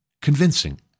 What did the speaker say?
convincing